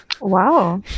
wow